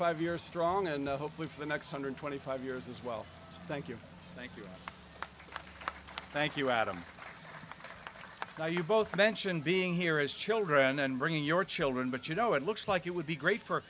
five years strong enough hopefully for the next one hundred and twenty five years as well as thank you thank you thank you adam you both mentioned being here as children and bringing your children but you know it looks like it would be great for